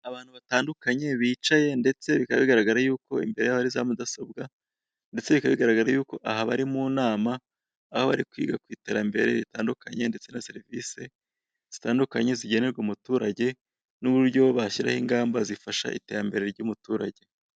Abantu batandukanye bicaye ndetse bikaba bigaragara yuko imbere hari za mudasobwa, ndetse bikaba bigaragara yuko aha bari mu nama aho bari kwiga ku iterambere ritandukanye, ndetse na serivisi zitandukanye zigenerwa umuturage, n'uburyo bashyiraho ingamba zifasha iterambere ry'umuturage.